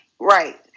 Right